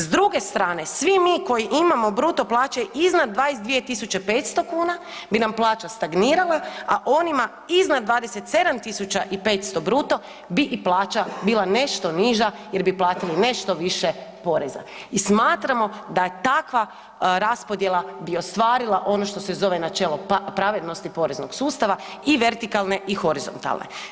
S druge strane, svi mi koji imamo bruto plaće iznad 22 500 kuna bi nam plaća stagnirala, a onima iznad 27 500 bruto bi i plaća bila nešto niža jer bi platili nešto više poreza i smatramo da takva raspodjela bi ostvarila ono što se zove načelo pravednosti poreznog sustava i vertikalne i horizontalne.